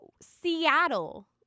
Seattle